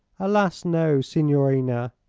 alas, no, signorina.